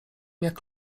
jak